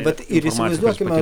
vat ir įsivaizduokime